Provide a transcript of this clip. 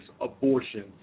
abortion